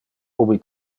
ubi